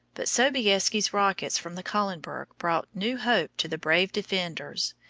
but sobieski's rockets from the kahlenberg brought new hope to the brave defenders,